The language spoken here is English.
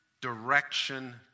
direction